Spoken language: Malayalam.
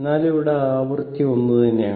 എന്നാലും ഇവിടെ ആവൃത്തി ഒന്നുതന്നെയാണ്